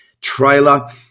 trailer